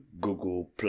Google